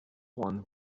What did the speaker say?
one